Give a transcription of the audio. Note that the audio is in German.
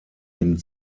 hin